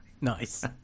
Nice